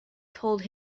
told